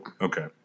Okay